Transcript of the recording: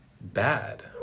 bad